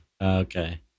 okay